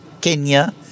Kenya